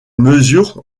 mesures